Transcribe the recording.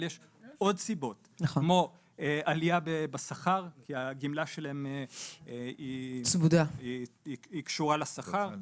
אבל יש עוד סיבות כמו עלייה בשכר כי הגמלה שלהם היא קשורה לשכר.